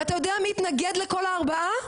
ואתה יודע מי התנגד לכל הארבעה?